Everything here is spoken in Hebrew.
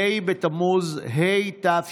ה' בתמוז התשפ"א,